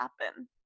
happen